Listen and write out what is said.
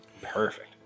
Perfect